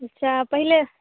जा पहिले